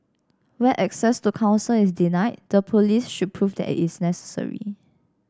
where access to counsel is denied the police should prove that is necessary